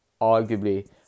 arguably